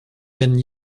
been